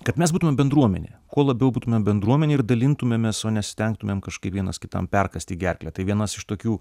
kad mes būtumėm bendruomenė kuo labiau būtumėm bendruomenė ir dalintumėmės o nesistengtumėm kažkaip vienas kitam perkąsti gerklę tai vienas iš tokių